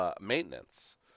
maintenance